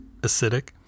acidic